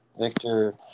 Victor